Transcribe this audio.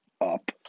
up